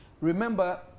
Remember